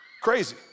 Crazy